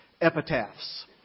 epitaphs